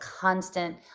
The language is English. constant